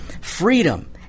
Freedom